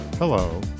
Hello